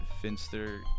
Finster